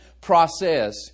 process